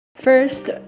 First